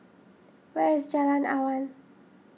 where is Jalan Awan